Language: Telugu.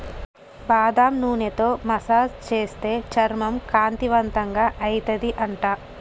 బాదం నూనెతో మసాజ్ చేస్తే చర్మం కాంతివంతంగా అయితది అంట